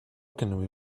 can